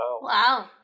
Wow